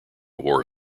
war